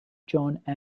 john